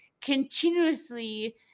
continuously